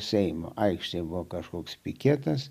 seimo aikštė buvo kažkoks piketas